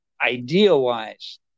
ideal-wise